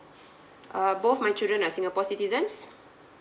uh both my children as singapore citizens